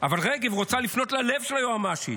אבל רגב רוצה לפנות ללב של היועמ"שית,